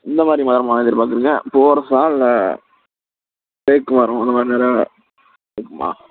எந்த மாதிரி மரம்மா எதிர்பார்க்குறிங்க பூவரசா இல்லை தேக்கு மரமா இந்த மாதிரி நிறையா இருக்குதும்மா